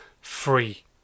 free